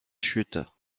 chute